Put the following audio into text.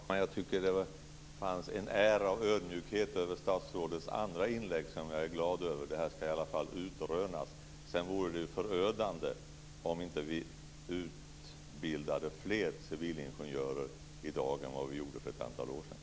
Fru talman! Jag tycker att det fanns en ärlig ödmjukhet över statsrådets andra inlägg som jag är glad över. Det här skall i alla fall utrönas. Det vore förödande om vi inte utbildade fler civilingenjörer i dag än vad vi gjorde för ett antal år sedan.